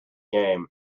game